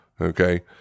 okay